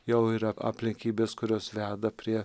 jau yra aplinkybės kurios veda prie